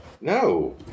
No